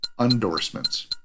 endorsements